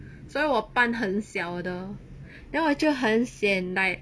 所以我班很小的 then 我就很 sian like